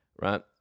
right